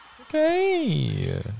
Okay